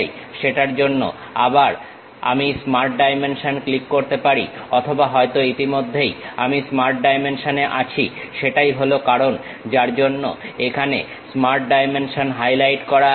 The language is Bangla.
সেটার জন্যও আবার আমি স্মার্ট ডাইমেনশন ক্লিক করতে পারি অথবা হয়তো ইতিমধ্যেই আমি স্মার্ট ডাইমেনশনে আছি সেটাই হলো কারণ যার জন্য এখানে স্মার্ট ডাইমেনশন হাইলাইট করা আছে